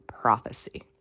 prophecy